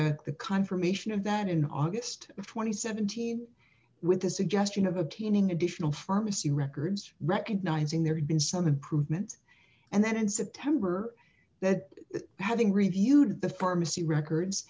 a confirmation of that in august twenty seven teen with the suggestion of obtaining additional pharmacy records recognizing there had been some improvement and then in september that having reviewed the pharmacy records